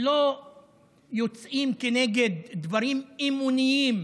לא יוצאים כנגד דברים אמוניים,